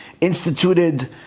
instituted